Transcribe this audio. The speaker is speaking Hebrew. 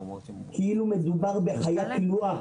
כאילו מדובר בחיה כלואה,